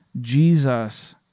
Jesus